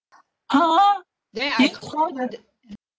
ha you called the the